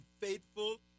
faithful